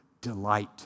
delight